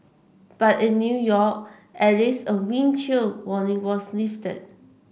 but in New York at least a wind chill warning was lifted